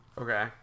Okay